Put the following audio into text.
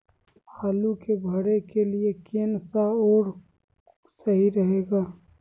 आलू के भरे के लिए केन सा और सही रहेगा?